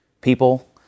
people